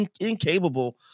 incapable